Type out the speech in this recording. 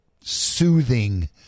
soothing